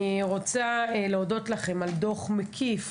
אני רוצה להודות לכם על דוח מקיף,